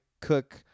Cook